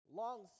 long